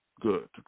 good